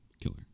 Killer